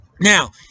now